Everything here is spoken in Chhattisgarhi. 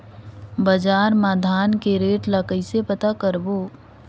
बजार मा धान के रेट ला कइसे पता करबो?